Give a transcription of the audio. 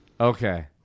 Okay